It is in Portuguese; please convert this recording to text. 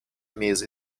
mesa